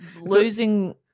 Losing